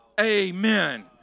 Amen